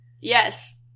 Yes